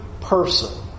person